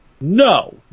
No